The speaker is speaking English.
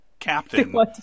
captain